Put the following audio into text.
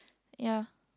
ya